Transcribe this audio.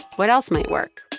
what else might work?